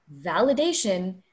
validation